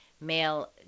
male